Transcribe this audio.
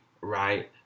right